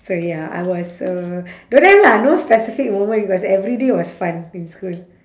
sorry ah I was uh don't have lah no specific moment because every day was fun in school